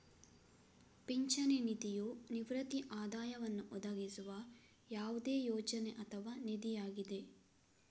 ಪಿಂಚಣಿ ನಿಧಿಯು ನಿವೃತ್ತಿ ಆದಾಯವನ್ನು ಒದಗಿಸುವ ಯಾವುದೇ ಯೋಜನೆ ಅಥವಾ ನಿಧಿಯಾಗಿದೆ